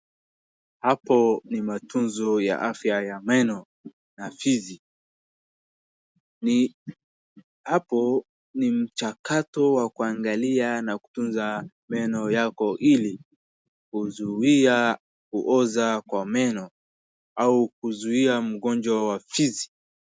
Hapo ni matunzo ya afya ya meno ya teeth . Hapo ni mchakato wa kuangalia na kutunza meno yako hili kuzuia kuoza kwa meno au kuzuia mgonjwa wa teeth .